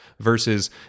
versus